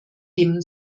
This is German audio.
dem